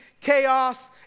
chaos